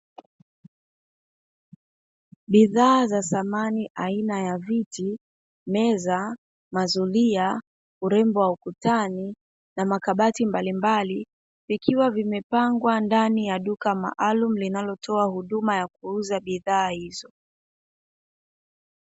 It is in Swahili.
Bidhaa za samani aina ya viti, meza, mazulia, urembo wa ukutani na makabati mbalimbali, vikiwa vimepangwa ndani ya duka maalamu, linalotoa huduma za kuuza bidhaa hizo.